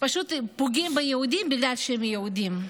פשוט פוגעים ביהודים בגלל שהם יהודים.